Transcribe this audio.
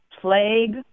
Plague